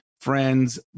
friends